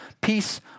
Peace